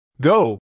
Go